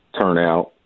turnout